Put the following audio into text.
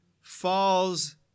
falls